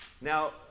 now